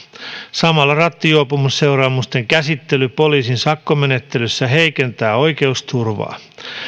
samalla rattijuopumusseuraamusten käsittely poliisin sakkomenettelyssä heikentää oikeusturvaa